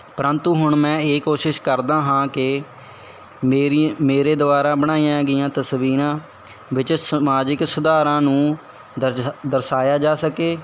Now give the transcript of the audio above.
ਪਰੰਤੂ ਹੁਣ ਮੈਂ ਇਹ ਕੋਸ਼ਿਸ਼ ਕਰਦਾ ਹਾਂ ਕਿ ਮੇਰੀ ਮੇਰੇ ਦੁਆਰਾ ਬਣਾਈਆਂ ਗਈਆਂ ਤਸਵੀਰਾਂ ਵਿੱਚ ਸਮਾਜਿਕ ਸੁਧਾਰਾਂ ਨੂੰ ਦਰਜਾ ਦਰਸਾਇਆ ਜਾ ਸਕੇ